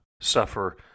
suffer